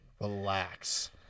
relax